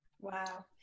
wow